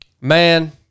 man